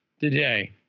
today